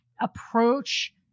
approach